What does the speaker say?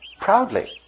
Proudly